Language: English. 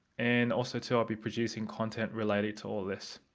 and also too i'll be producing content related to all this.